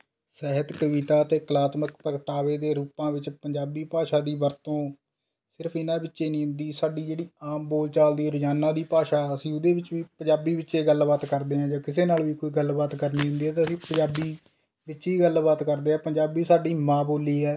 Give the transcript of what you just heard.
ਸਾਹਿਤ ਕਵਿਤਾ ਅਤੇ ਕਲਾਤਮਕ ਪ੍ਰਗਟਾਵੇ ਦੇ ਰੂਪਾਂ ਵਿੱਚ ਪੰਜਾਬੀ ਭਾਸ਼ਾ ਦੀ ਵਰਤੋਂ ਸਿਰਫ ਇਨ੍ਹਾਂ ਵਿੱਚ ਹੀ ਨਹੀਂ ਹੁੰਦੀ ਸਾਡੀ ਜਿਹੜੀ ਆਮ ਬੋਲਚਾਲ ਦੀ ਰੋਜ਼ਨਾ ਦੀ ਭਾਸ਼ਾ ਹੈ ਅਸੀਂ ਉਹਦੇ ਵਿੱਚ ਵੀ ਪੰਜਾਬੀ ਵਿੱਚ ਹੀ ਗੱਲ ਬਾਤ ਕਰਦੇ ਹਾਂ ਜਦ ਕਿਸੇ ਨਾਲ ਵੀ ਕੋਈ ਗੱਲਬਾਤ ਕਰਨੀ ਹੁੰਦੀ ਹੈ ਤਾਂ ਅਸੀਂ ਪੰਜਾਬੀ ਵਿੱਚ ਹੀ ਗੱਲਬਾਤ ਕਰਦੇ ਹਾਂ ਪੰਜਾਬੀ ਸਾਡੀ ਮਾਂ ਬੋਲੀ ਹੈ